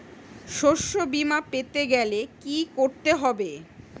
শষ্যবীমা পেতে গেলে কি করতে হবে?